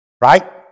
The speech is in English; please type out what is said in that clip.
right